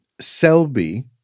Selby